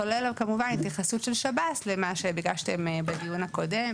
כמובן כולל התייחסות של שב"ס למה שביקשתם בדיון הקודם